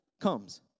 comes